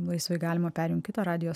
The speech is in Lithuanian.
laisvai galima perjungti kitą radijo